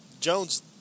Jones